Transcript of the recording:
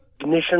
ignition